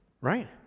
Right